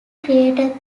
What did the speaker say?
created